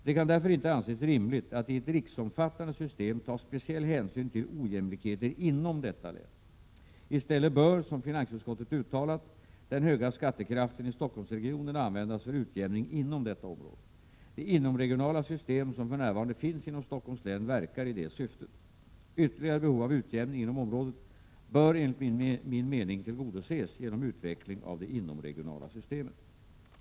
Det kan därför inte anses rimligt att i ett riksomfattande system ta speciell hänsyn till ojämlikheter inom detta län. I stället bör, som finansutskottet uttalat, den höga skattekraften i Stockholmsregionen användas för utjämning inom detta område. Det inomregionala systemet som för närvarande finns inom Stockholms län verkar i detta syfte. Ytterligare behov av utjämning inom området bör enligt min mening tillgodoses genom utveckling av det inomregionala systemet.